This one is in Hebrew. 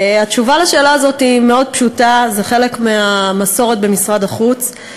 התשובה על השאלה הזאת היא מאוד פשוטה: זה חלק מהמסורת במשרד החוץ.